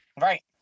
Right